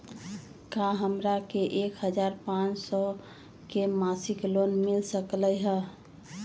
का हमरा के एक हजार पाँच सौ के मासिक लोन मिल सकलई ह?